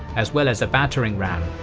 as well as a battering ram,